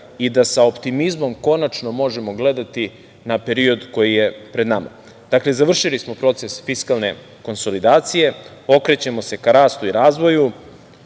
i da sa optimizmom konačno možemo gledati na period koji je pred nama. Dakle, završili smo proces fiskalne konsolidacije, okrećemo se ka rastu i razvoju